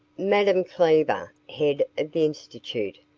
madame cleaver, head of the institute,